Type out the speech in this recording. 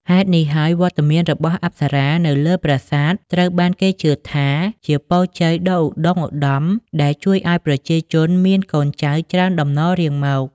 ហេតុនេះហើយ វត្តមានរបស់អប្សរានៅលើប្រាសាទត្រូវបានគេជឿថាជា ពរជ័យដ៏ឧត្តុង្គឧត្តម ដែលជួយឲ្យប្រជាជនមាន កូនចៅច្រើនតំណរៀងមក។